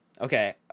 Okay